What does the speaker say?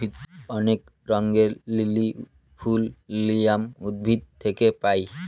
অনেক রঙের লিলি ফুল লিলিয়াম উদ্ভিদ থেকে পায়